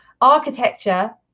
architecture